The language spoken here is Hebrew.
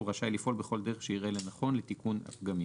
הוא רשאי לפעול בכל דרך שיראה לנכון לתיקון הפגמים.